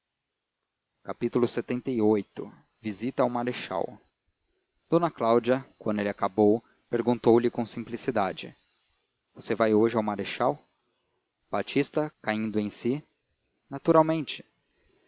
à mulher lxxviii visita ao marechal d cláudia quando ele acabou perguntou-lhe com simplicidade você vai hoje ao marechal batista caindo em si naturalmente